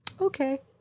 Okay